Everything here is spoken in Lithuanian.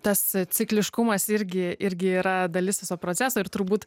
tas cikliškumas irgi irgi yra dalis viso proceso ir turbūt